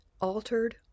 altered